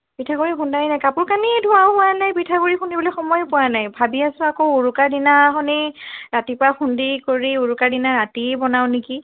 পিঠাগুৰি খুন্দাই নাই কাপোৰ কানি ধোৱা হোৱা নাই পিঠাগুৰি খুন্দিবলৈ সময়ে পোৱা নাই ভাবি আছো আকৌ উৰুকাৰ দিনাখনে ৰাতিপুৱা খুন্দি কৰি উৰুকাৰ দিনা ৰাতিয়েই বনাও নেকি